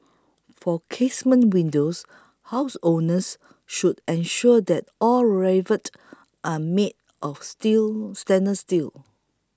for casement windows homeowners should ensure that all rivets are made of steel stainless steel